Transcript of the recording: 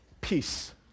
peace